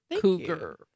Cougar